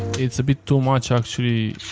it's a bit too much actually.